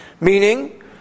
meaning